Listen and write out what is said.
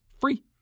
free